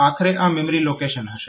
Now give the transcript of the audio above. તો આખરે આ મેમરી લોકેશન હશે